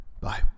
bye